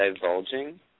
divulging